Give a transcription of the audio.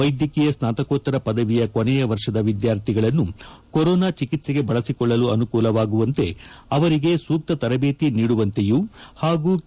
ವೈದ್ಯಕೀಯ ಸ್ನಾತಕೋತ್ತರ ಪದವಿಯ ಕೊನೆಯ ವರ್ಷದ ವಿದ್ವಾರ್ಥಿಗಳನ್ನು ಕೊರೋನಾ ಚಿಕಿಸ್ಗೆ ಬಳಸಿಕೊಳ್ಳಲು ಅನುಕೂಲವಾಗುವಂತೆ ಅವರಿಗೆ ಸೂಕ್ತ ತರಬೇತಿ ನೀಡುವಂತೆಯೂ ಪಾಗೂ ಕೆ